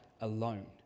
alone